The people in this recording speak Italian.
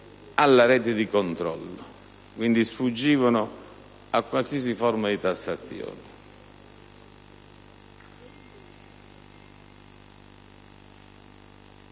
alla rete di controllo e, quindi, sfuggivano a qualsiasi forma di tassazione.